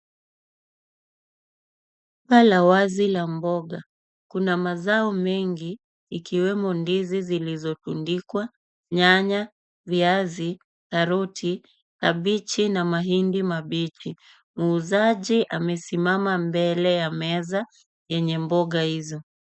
Soko la wazi la mboga, kuna mazao mengi ikiwemo ndizi zilizopindikwa, nyanya, viazi, karoti, kabechi na mahindi mabichi. Muuzaji amesimama mbele ya meza yenye mboga hizo.